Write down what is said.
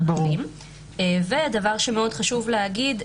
דבר שמאוד חשוב להגיד,